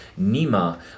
Nima